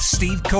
Steve